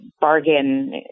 bargain